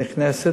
נכנסת.